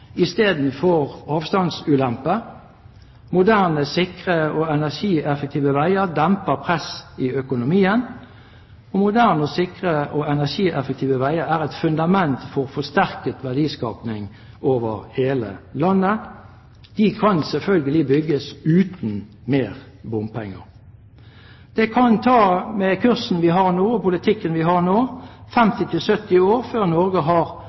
Moderne, sikre og energieffektive veier demper press i økonomien. Moderne, sikre og energieffektive veier er et fundament for forsterket verdiskaping over hele landet. De kan selvfølgelig bygges uten mer bompenger. Med den kursen vi har nå, den politikken vi har nå, kan det ta 50–70 år før Norge har